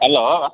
hello வ